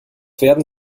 werden